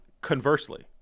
conversely